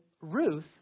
Ruth